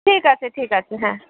ঠিক আছে ঠিক আছে হ্যাঁ